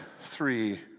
three